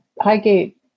Highgate